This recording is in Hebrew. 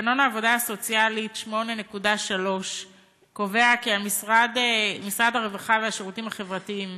תקנון העבודה הסוציאלית 8.3 קובע כי משרד הרווחה והשירותים החברתיים